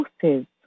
sources